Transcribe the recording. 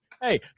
Hey